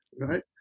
right